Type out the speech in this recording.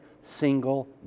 single